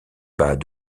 bas